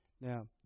Now